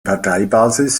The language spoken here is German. parteibasis